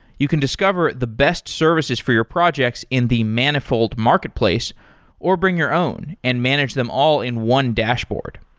you can discover the best services for your projects in the manifold marketplace or bring your own and manage them all in one dashboard.